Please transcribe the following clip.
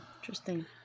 Interesting